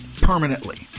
permanently